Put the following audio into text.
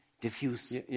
diffuse